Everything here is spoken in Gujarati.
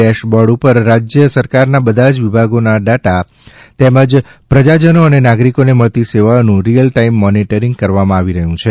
ડેશ બોર્ડ ઉપર રાજ્ય સરકારના બધા જ વિભાગોના ડેટા તેમજ પ્રજાજનો અને નાગરિકોને મળતી સેવાઓનું રિઅલ ટાઈમ મોનિટરિંગ કરવામાં આવે છે